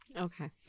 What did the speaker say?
okay